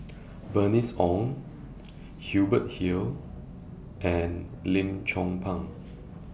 Bernice Ong Hubert Hill and Lim Chong Pang